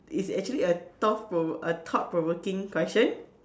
it's actually a thought pro~ a thought provoking question